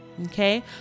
Okay